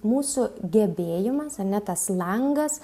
mūsų gebėjimas ane tas langas